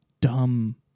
dumb